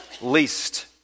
least